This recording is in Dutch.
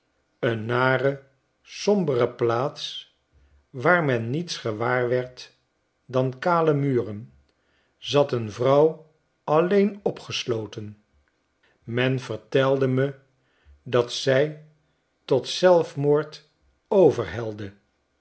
een nare sombere plaats waar men niets gewaar werd dan kale muren zat een vrouw alleen opgesloten men vertelde me dat zij tot zelfmoord